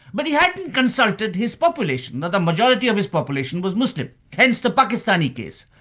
but he hadn't consulted his population the majority of his population was muslim, hence the pakistani case,